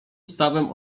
stawem